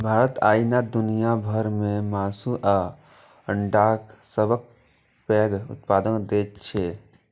भारत आइ दुनिया भर मे मासु आ अंडाक सबसं पैघ उत्पादक देश छै